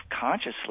consciously